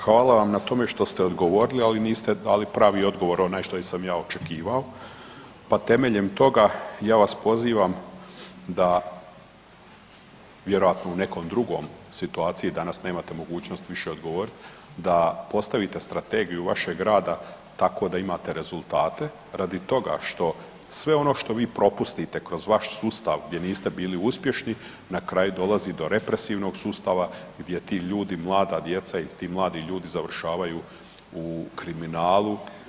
Hvala vam na tome što ste odgovorili, ali niste dali pravi odgovor onaj što sam ja očekivao, pa temeljem toga ja vas pozivam da vjerojatno u nekoj drugoj situaciji, danas nemate mogućnost više odgovorit da postavite strategiju vašeg rada tako da imate rezultate radi toga što sve ono što vi propustite kroz vaš sustav gdje niste bili uspješni na kraju dolazi do represivnog sustava gdje ti ljudi i mlada djeca i ti mladi ljudi završavaju u kriminalu